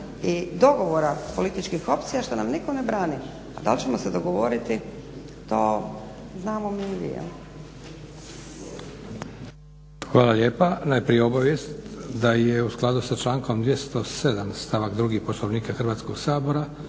i dogovora političkih opcija što nam nitko ne brani, a dal ćemo se dogovoriti to znamo mi i vi.